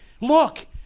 Look